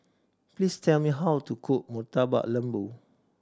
please tell me how to cook Murtabak Lembu